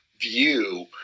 view